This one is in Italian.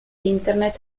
internet